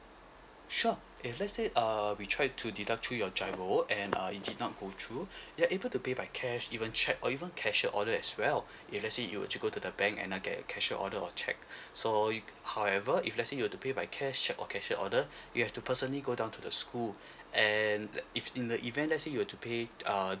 sure if let say uh we try to deduct through your giro and uh it cannot go through you're able to pay by cash even cheque or even cashier your order as well if let say you were to go to the bank and then get a cashier order or cheque so you however if let say you were to pay by cash or cashier order you have to personally go down to the school and the in the event let say you were to pay uh